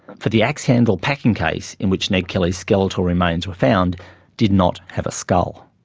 for the axe handle packing case in which ned kelly's skeletal remains were found did not have a skull.